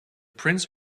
prince